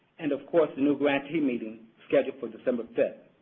and, of course, the new grantee meeting scheduled for december